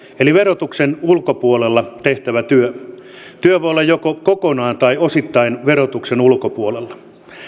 eli verotuksen ulkopuolella tehtävä työ työ voi olla joko kokonaan tai osittain verotuksen ulkopuolella